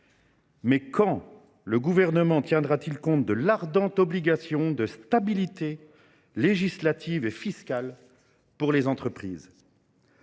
Mais quand le Gouvernement tiendra t il compte de l’ardente obligation de stabilité, législative et fiscale, pour les entreprises ?